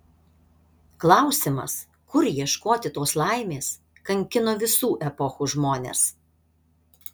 klausimas kur ieškoti tos laimės kankino visų epochų žmones